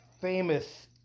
famous